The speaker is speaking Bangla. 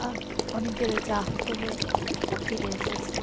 অনেকের রয়েছে আহত হয়ে ফিরে এসেছে